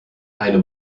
eine